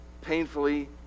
painfully